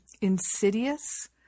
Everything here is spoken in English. insidious